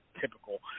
typical